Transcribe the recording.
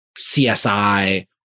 CSI